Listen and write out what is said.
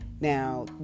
Now